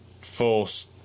force